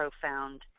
profound